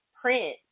print